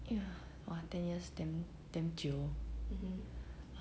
!wah! ten years damn damn 久